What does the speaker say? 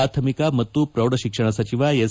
ಪ್ರಾಥಮಿಕ ಮತ್ತು ಪ್ರೌಢಶಿಕ್ಷಣ ಸಚಿವ ಎಸ್